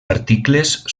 articles